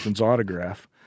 autograph